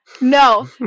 No